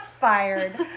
fired